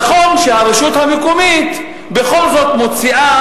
נכון שהרשות המקומית בכל זאת מוציאה